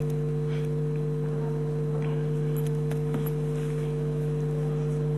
בבקשה,